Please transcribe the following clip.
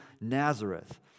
Nazareth